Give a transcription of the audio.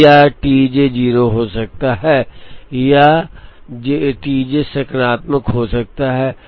अब यह T j 0 हो सकता है या यह T j सकारात्मक हो सकता है